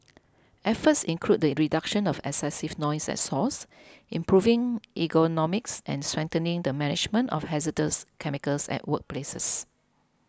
efforts include the reduction of excessive noise at source improving ergonomics and strengthening the management of hazardous chemicals at workplaces